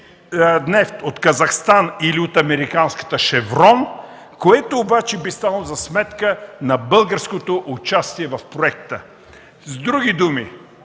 от Казахстан или от американската фирма „Шеврон”, което обаче би станало за сметка на българското участие в проекта. С други думи,